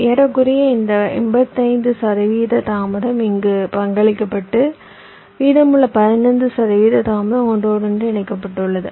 ஏறக்குறைய இந்த 85 சதவிகித தாமதம் இங்கு பங்களிக்கப்பட்டது மீதமுள்ள 15 சதவிகித தாமதம் ஒன்றோடொன்று இணைக்கப்பட்டுள்ளது